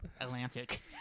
Atlantic